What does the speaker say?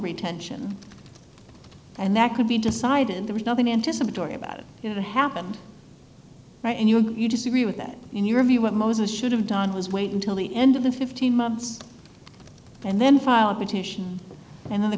retention and that could be decided there was nothing anticipatory about it you know what happened right and you disagree with that in your view what moses should have done was wait until the end of the fifteen months and then file a petition and then the